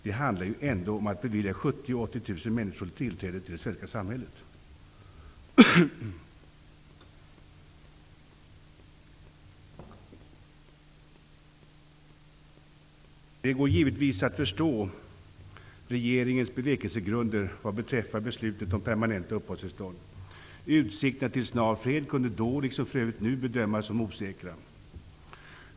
Det handlar om att bevilja 70 000--80 000 människor tillträde till det svenska samhället. Det går givetvis att förstå regeringens bevekelsegrunder vad beträffar beslutet om permanenta uppehållstillstånd. Utsikterna till snar fred kunde då, liksom för övrigt nu, bedömas som osäkra.